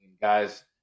guys